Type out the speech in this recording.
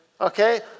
okay